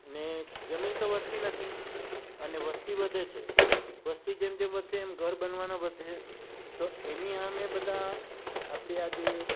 ને જમીન તો વધતી નથી અને વસ્તી વધે છે વસ્તી જેમ જેમ વધશે એમ ઘર બનાવાના વધે તો એની સામે આ બધા આપણી આ જે